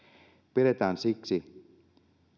pidetään siksi